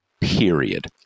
period